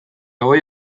voy